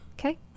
Okay